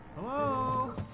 Hello